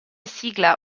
sigla